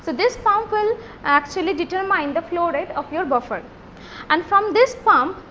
so this pump will actually determine the flow rate of your buffer and from this pump,